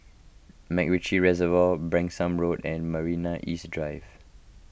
MacRitchie Reservoir Branksome Road and Marina East Drive